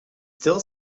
still